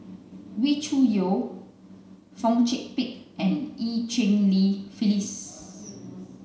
Wee Cho Yaw Fong Chong Pik and Eu Cheng Li Phyllis